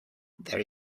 there